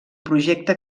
projecte